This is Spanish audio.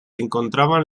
encontraban